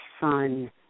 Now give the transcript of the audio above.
son